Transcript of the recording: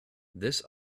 this